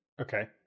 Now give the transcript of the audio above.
Okay